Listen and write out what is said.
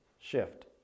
shift